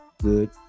good